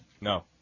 No